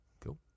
Cool